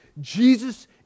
Jesus